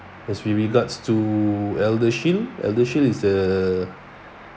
as we regards to eldershield eldershield is a